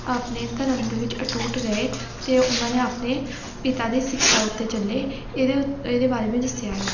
ਆਪਣੇ ਧਰਮ ਦੇ ਵਿੱਚ ਅਟੂਟ ਰਹੇ ਅਤੇ ਉਹਨਾਂ ਨੇ ਆਪਣੇ ਪਿਤਾ ਦੀ ਸਿੱਖਿਆ ਉੱਤੇ ਚੱਲੇ ਇਹਦੇ ਉ ਇਹਦੇ ਬਾਰੇ ਵੀ ਦੱਸਿਆ